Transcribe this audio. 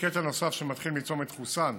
קטע נוסף, שמתחיל מצומת חוסן